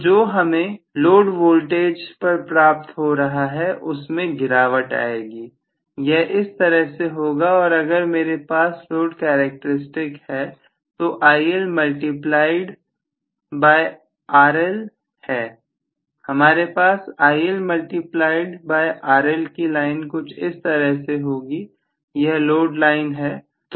तो जो हमें लोड वोल्टेज पर प्राप्त हो रहा है उस में गिरावट आएगी यह इस तरह से होगा और अगर मेरे पास लोड कैरेक्टरिस्टिक है जो IL मल्टीप्लायड बाय RL है हमारे पास IL मल्टीप्लायड बाय RL की लाइन कुछ इस तरह से होगी यह लोड लाइन है